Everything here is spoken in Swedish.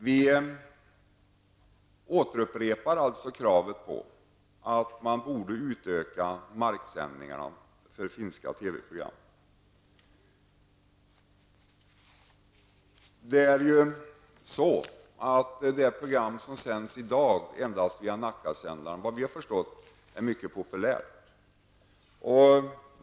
Vi återupprepar alltså kravet att marksändningarna borde utökas för finska TV-program. Nackasändaren är vad vi har förstått mycket populära.